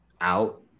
out